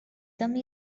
come